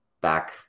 back